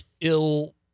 ill